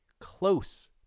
close